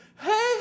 Hey